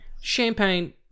Champagne